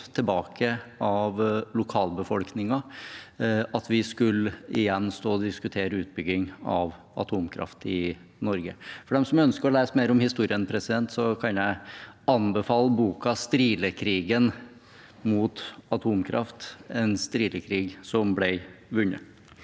tilbake av lokalbefolkningen, igjen skulle stå og diskutere utbygging av atomkraft i Norge. For dem som ønsker å lære mer om historien, kan jeg anbefale boken «Strilekrigen mot atomkraft», en strilekrig som ble vunnet.